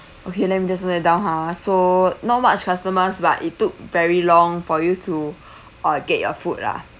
okay let me just note that down ha so not much customers but it took very long for you to uh get your food lah